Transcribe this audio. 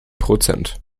prozent